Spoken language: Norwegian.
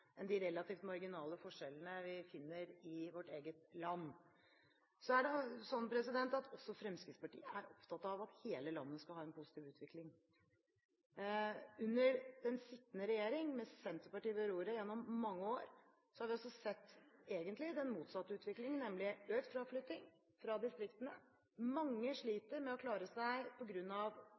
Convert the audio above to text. enn de relativt marginale forskjellene vi finner i vårt eget land. Også Fremskrittspartiet er opptatt av at hele landet skal ha en positiv utvikling. Under den sittende regjering, med Senterpartiet ved roret gjennom mange år, har vi egentlig sett den motsatte utviklingen, nemlig økt fraflytting fra distriktene. Mange sliter med å klare seg